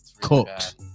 cooked